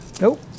Nope